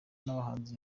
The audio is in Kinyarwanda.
n’abahanzi